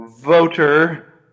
voter